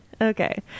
Okay